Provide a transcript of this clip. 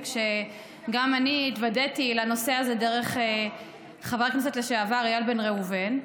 גם אני התוודעתי לנושא הזה דרך חבר הכנסת לשעבר איל בן ראובן,